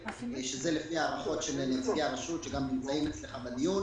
מי מציג את הצעת החוק?